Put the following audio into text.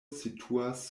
situas